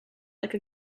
like